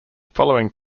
following